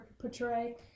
portray